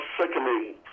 sickening